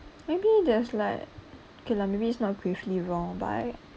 maybe there's like okay lah maybe it's not gravely wrong but I